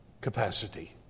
capacity